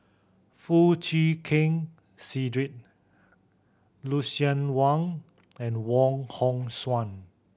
Foo Chee Keng Cedric Lucien Wang and Wong Hong Suen